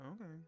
okay